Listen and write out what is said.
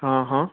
હં હં